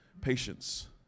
patience